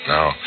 Now